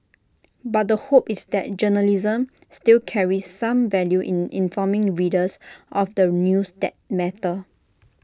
but the hope is that journalism still carries some value in informing readers of the news that matter